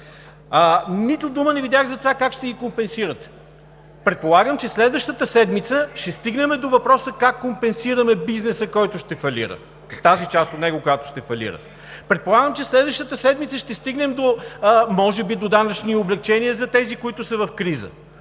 нито дума не видях за това как ще ги компенсирате? Предполагам, че следващата седмица ще стигнем до въпроса как компенсираме бизнеса, който ще фалира – тази част от него, която ще фалира. Предполагам, че следващата седмица ще стигнем може би до данъчни облекчения за тези, които са в криза,